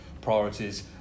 priorities